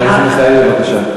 חברת הכנסת מיכאלי, בבקשה.